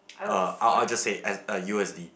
uh I I would just say as uh U_S_D